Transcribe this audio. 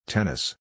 Tennis